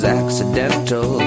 accidental